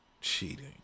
Cheating